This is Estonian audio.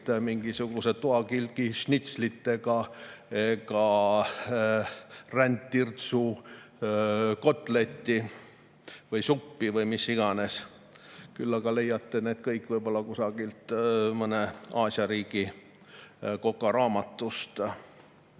mingisugust toakilgišnitslit ega rändtirtsukotletti või ‑suppi või mida iganes. Küll aga leiate need kõik võib-olla mõne Aasia riigi kokaraamatust.